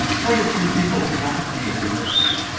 quite a few people have come to me when this